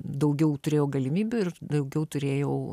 daugiau turėjau galimybių ir daugiau turėjau